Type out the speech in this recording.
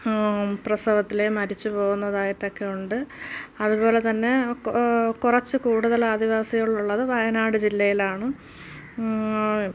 പ്രസവത്തിൽ മരിച്ചു പോകുന്നതായിട്ടൊക്കെ ഉണ്ട് അതുപോലെ തന്നെ കൊ കുറച്ച് കൂടുതലാദിവാസികളുള്ളത് വയനാട് ജില്ലയിലാണ്